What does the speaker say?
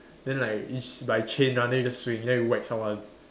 then like is like chain one then you just swing then you whack someone